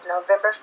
November